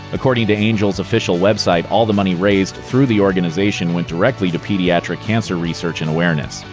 according to angel's official website, all the money raised through the organization went directly to pediatric cancer research and awareness.